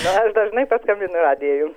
aš dažnai paskambinu į radiją jum